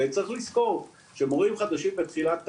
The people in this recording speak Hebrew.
וצריך לזכור שמורים חדשים בתחילת הקריירה,